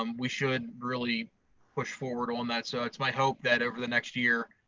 um we should really push forward on that, so it's my hope that over the next year,